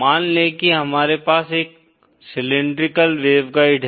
मान ले कि हमारे पास एक सिलिंड्रिकल वेवगाइड हैं